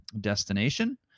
destination